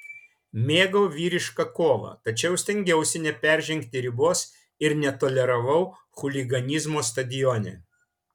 mėgau vyrišką kovą tačiau stengiausi neperžengti ribos ir netoleravau chuliganizmo stadione